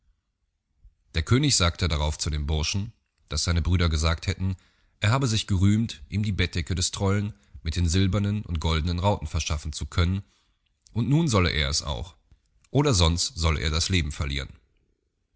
der könig sagte darauf zu dem burschen daß seine brüder gesagt hätten er habe sich gerühmt ihm die bettdecke des trollen mit den silbernen und goldnen rauten verschaffen zu können und nun solle er es auch oder sonst solle er das leben verlieren